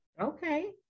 Okay